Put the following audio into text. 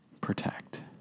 protect